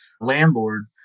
landlord